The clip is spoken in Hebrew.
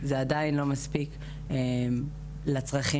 הוא מסומן ככזה והוא חסין מניתוק.